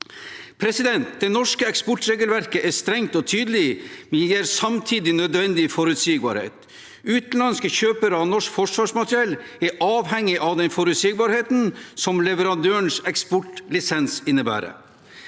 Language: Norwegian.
mrd. kr. Det norske eksportregelverket er strengt og tydelig, men gir samtidig nødvendig forutsigbarhet. Utenlandske kjøpere av norsk forsvarsmateriell er avhengige av den forutsigbarheten som leverandørens eksportlisens innebærer.